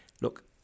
Look